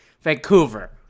Vancouver